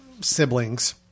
siblings